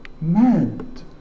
mad